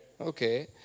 Okay